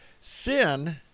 Sin